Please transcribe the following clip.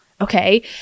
okay